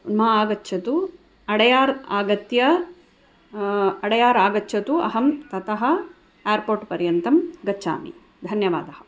मा आगच्छतु अडयार् आगत्य अडयार् आगच्छतु अहं ततः एर्पोर्ट्पर्यन्तं गच्छामि धन्यवादः